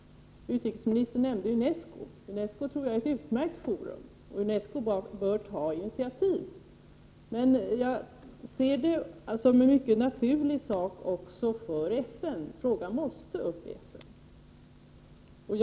Utrikesministern nämnde UNESCO. Jag tror att UNESCO är ett utmärkt forum och bör ta initiativ. Men det är en naturlig sak att frågan tas upp också i FN.